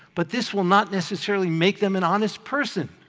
but this will not necessarily make them an honest person.